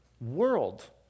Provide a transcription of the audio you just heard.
world